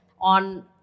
on